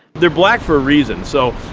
they're black for a reason so,